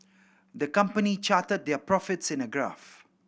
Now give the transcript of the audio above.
the company charted their profits in a graph